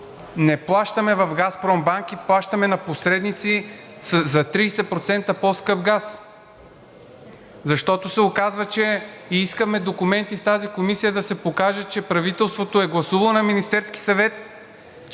на банки на „Газпром“, плащаме на посредници за 30% по-скъп газ. Защото се оказва, че искаме документи в тази комисия да се покажат, че правителството е гласувало на Министерски съвет,